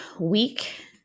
week